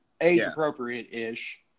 age-appropriate-ish